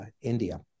India